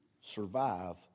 survive